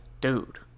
Dude